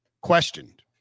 questioned